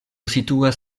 situas